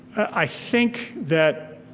i think that